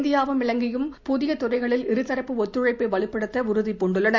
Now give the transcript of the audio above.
இந்தியாவும் இலங்கையும் புதிய துறைகளில் இருதரப்பு ஒத்துழைப்பை வலுப்படுத்த உறுதி பூண்டுள்ளன